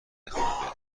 بخوابیم